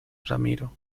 ramiro